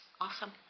awesome